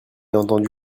entendu